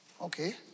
okay